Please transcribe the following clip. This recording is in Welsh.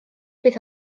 beth